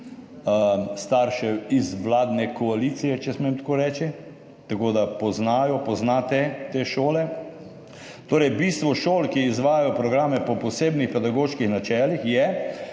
staršev iz vladne koalicije, če smem tako reči, tako da poznajo oziroma poznate te šole, torej bistvo šol, ki izvajajo programe po posebnih pedagoških načelih, je,